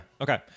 Okay